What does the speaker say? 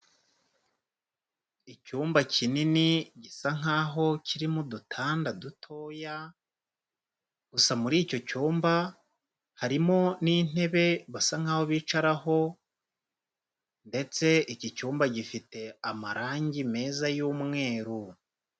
Icyumba kinini gisa nkaho kirimo udutanda dutoya gusa muri icyo cyumba harimo n'intebe basa nkaho bicaraho ndetse iki cyumba gifite amarangi meza y'umweru.